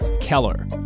Keller